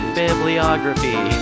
bibliography